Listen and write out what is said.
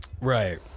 Right